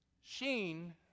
Sheen